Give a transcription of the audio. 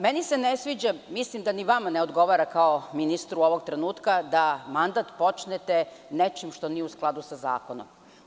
Meni se ne sviđa, mislim da ni vama ne odgovara kao ministru ovog trenutka da mandat počnete nečim što nije u skladu sa zakonom.